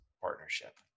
partnership